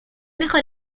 mejor